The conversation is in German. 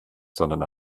sondern